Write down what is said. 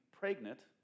pregnant